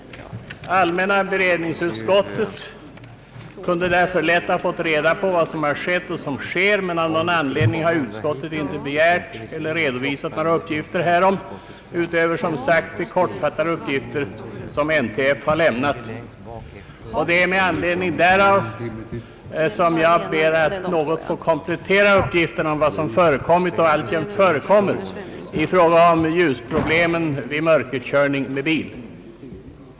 Allmänna beredningsutskottet kunde därför lätt ha fått reda på vad som skett och sker, men av någon anledning har utskottet inte begärt eller redovisat några fakta härom utöver de kortfattade uppgifter som NTF har lämnat. Det är med anledning därav som jag ber att något få komplettera uppgifterna om vad som förekommit och alltjämt förekommer i fråga om ljusproblemen vid mörkerkörning med bil.